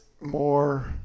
more